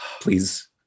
Please